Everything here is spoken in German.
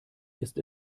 ist